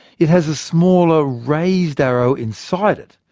it has a smaller raised arrow inside it,